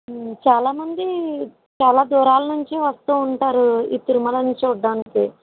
చాలా మంది చాలా దూరాల నుంచి వస్తూ ఉంటారు ఈ తిరుమలని చూడడానికి